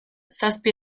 zazpi